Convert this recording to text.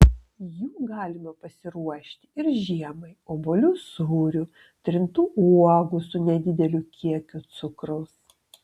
jų galima pasiruošti ir žiemai obuolių sūrių trintų uogų su nedideliu kiekiu cukraus